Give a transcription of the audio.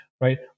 right